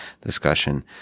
discussion